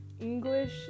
English